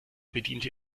bediente